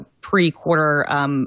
pre-quarter